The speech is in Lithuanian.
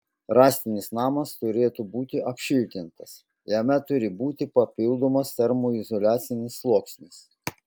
rąstinis namas turėtų būti apšiltintas jame turi būti papildomas termoizoliacinis sluoksnis